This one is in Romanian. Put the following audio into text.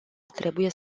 trebuie